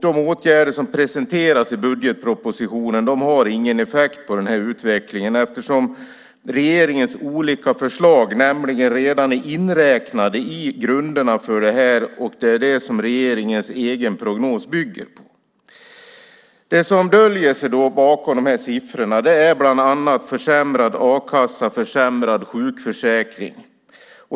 De åtgärder som presenteras i budgetpropositionen har ingen effekt på den här utvecklingen, eftersom regeringens olika förslag redan är inräknade i grunderna för det här. Det är det som regeringens egen prognos bygger på. Det som döljer sig bakom siffrorna är bland annat försämrad a-kassa och försämrad sjukförsäkring.